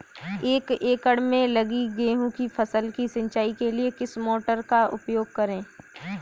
एक एकड़ में लगी गेहूँ की फसल की सिंचाई के लिए किस मोटर का उपयोग करें?